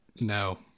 No